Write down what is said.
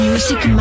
Music